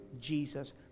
Jesus